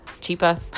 cheaper